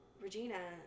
Regina